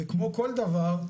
וכמו כל דבר,